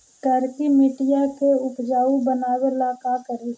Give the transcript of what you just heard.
करिकी मिट्टियां के उपजाऊ बनावे ला का करी?